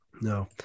no